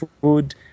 food